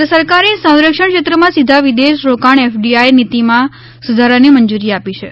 કેન્દ્ર સરકારે સંરક્ષણ ક્ષેત્રમાં સીધા વિદેશ રોકાણ એફડીઆઈ નીતીમાં સુધારાને મંજૂરી આપી છે